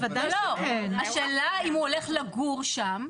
לא, לא, השאלה אם הוא הולך לגור שם.